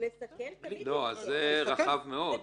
זה רחב מאוד.